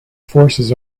forces